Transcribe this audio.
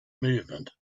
movement